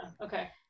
Okay